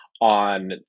on